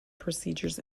procedures